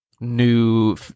New